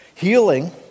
healing